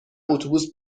اتوبوس